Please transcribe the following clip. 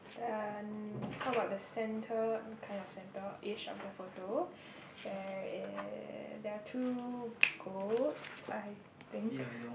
then how about the center kind of centerish of the photo there is there are two goats I think